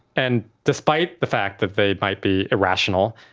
and despite the fact that they might be irrational,